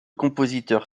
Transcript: compositeur